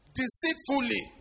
deceitfully